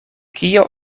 kio